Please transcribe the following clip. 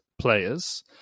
players